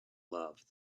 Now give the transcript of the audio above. love